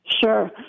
Sure